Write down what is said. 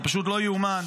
זה פשוט לא ייאמן,